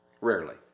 Rarely